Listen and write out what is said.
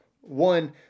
One